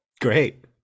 Great